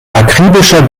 akribischer